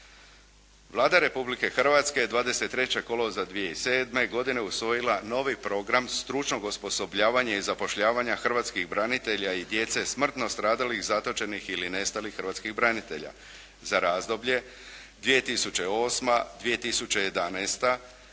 Vlada Republike Hrvatske 23. kolovoza 2007. godine usvojila je novi Program stručnog osposobljavanja i zapošljavanja hrvatskih branitelja i djece smrtno stradalih, zatočenih ili nestalih hrvatskih branitelja za razdoblje 2008./2011.